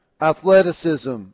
Athleticism